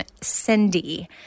Cindy